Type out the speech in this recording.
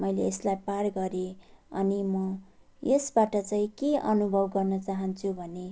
मैले यसलाई पार गरेँ अनि म यसबाट चाहिँ के अनुभव गर्न चाहन्छु भने